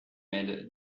made